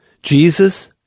Jesus